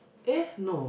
eh no